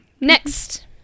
next